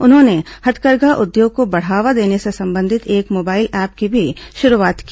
उन्होंने हथकरघा उद्योग को बढ़ावा देने से संबंधित एक मोबाइल ऐप की भी शुरूआत की